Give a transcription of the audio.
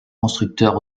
constructeurs